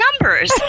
numbers